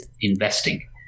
investing